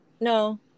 no